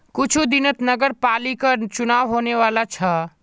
कुछू दिनत नगरपालिकर चुनाव होने वाला छ